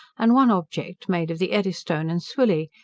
and one object made of the eddystone and swilly,